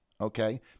okay